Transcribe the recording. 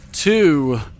Two